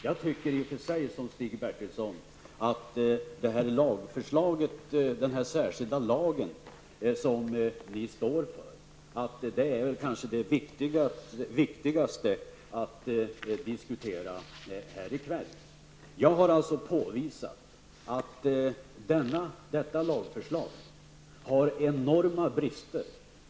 Jag tycker i och för sig som Stig Bertilsson att förslaget till den särskilda lag som ni står bakom kanske är det viktigaste att diskutera här i kväll. Jag har alltså påvisat att detta lagförslag har enorma brister.